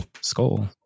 Skull